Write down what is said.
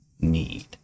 need